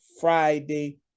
Friday